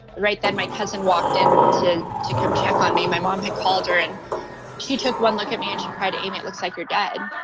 right then, my cousin walked in to to come check on me. my mom had called her and she took one look at me and she cried, amy, it looks like you're dead.